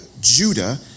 Judah